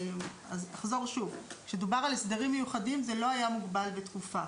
ואני אחזור שוב: כשדובר על הסדרים מיוחדים זה לא היה מוגבל בתקופה.